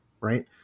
right